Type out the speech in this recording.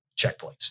checkpoints